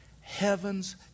heaven's